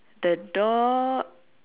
the door